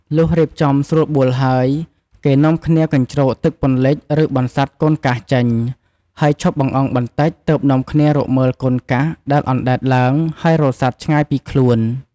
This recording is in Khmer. លុះរៀបចំស្រួលបួលហើយ គេនាំគ្នាកញ្ជ្រោកទឹកពន្លិច ឬបន្សាត់ "កូនកាស" ចេញ ហើយឈប់បង្អង់បន្តិច ទើបនាំគ្នារកមើល "កូនកាស" ដែលអណ្ដែតឡើងហើយរសាត់ឆ្ងាយពីខ្លួន។